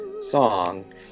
song